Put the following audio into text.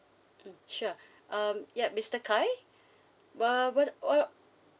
mm sure um yup mister kai wha~ what wha~